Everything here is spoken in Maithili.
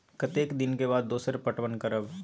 कतेक दिन के बाद दोसर पटवन करब?